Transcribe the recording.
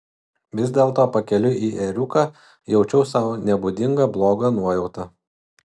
vis dėlto pakeliui į ėriuką jaučiau sau nebūdingą blogą nuojautą